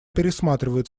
пересматривают